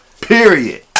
Period